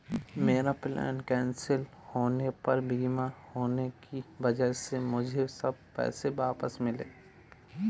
मेरा plane cancel होने पर बीमा होने की वजह से मुझे सब पैसे वापस मिले